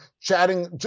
chatting